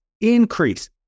increase